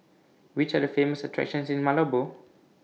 Which Are The Famous attractions in Malabo